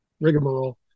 rigmarole